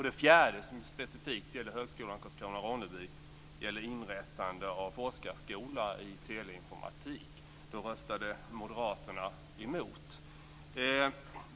Det fjärde, som specifikt gäller högskolan i Karlskrona/Ronneby, var inrättande av forskarskola i teleinformatik. Då röstade moderaterna emot.